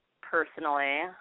personally